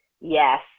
Yes